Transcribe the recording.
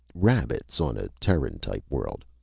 rabbits on a terran type world.